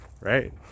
Right